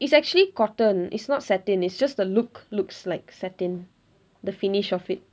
it's actually cotton it's not satin it's just the look looks like satin the finish of it